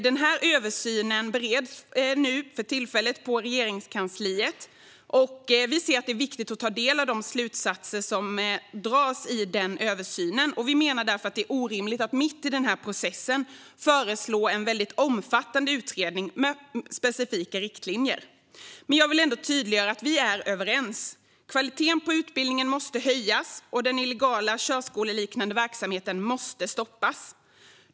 Denna översyn bereds för tillfället på Regeringskansliet. Det är viktigt att ta del av de slutsatser som dras i den översynen. Vi menar därför att det är orimligt att mitt i denna process föreslå en väldigt omfattande utredning med specifika riktlinjer. Jag vill ändå tydliggöra att vi är överens. Kvaliteten på utbildningen måste höjas, och den illegala körskoleliknande verksamheten måste stoppas.